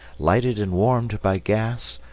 lighted and warmed by gas,